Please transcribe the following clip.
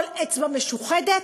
כל אצבע משוחדת,